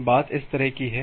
तो अब बात इस तरह की है